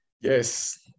yes